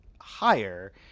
higher